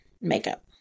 makeup